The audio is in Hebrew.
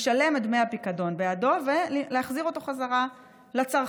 לשלם את דמי הפיקדון בעדם ולהחזיר אותם חזרה לצרכן.